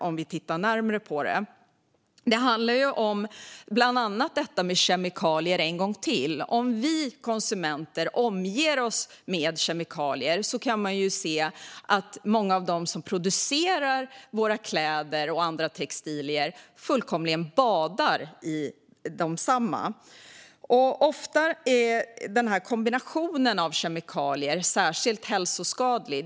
Om nu vi konsumenter omger oss med kemikalier kan vi säga att många av dem som producerar våra kläder och andra textilier formligen badar i kemikalier. Ofta är kombinationen av kemikalier särskilt hälsofarlig.